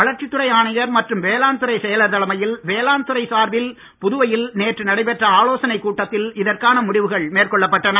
வளர்ச்சித் துறை ஆணையர் மற்றும் வேளாண் துறை செயலர் தலைமையில் வேளாண்துறை சார்பில் புதுவையில் நேற்று நடைபெற்ற ஆலோசனைக் கூட்டத்தில் இதற்கான முடிவுகள் மேற்கொள்ளப்பட்டன